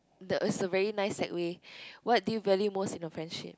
the uh survey nice that way what do you value most in your friendship